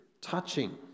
touching